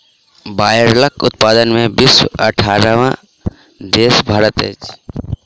बायलरक उत्पादन मे विश्वक अठारहम देश भारत अछि